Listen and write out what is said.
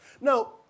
Now